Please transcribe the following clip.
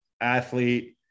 athlete